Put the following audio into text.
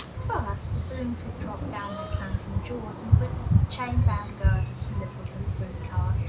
first, the booms would drop down their clanking jaws and grip the chain-bound girders from little delivery cars,